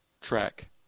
track